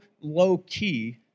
low-key